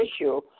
issue